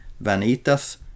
Vanitas